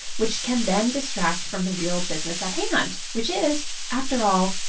which can then distract from the real business at hand, which is, after all,